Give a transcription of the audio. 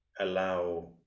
allow